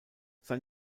sein